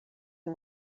and